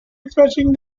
refreshing